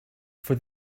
for